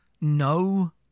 no